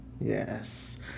Yes